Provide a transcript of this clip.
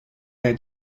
their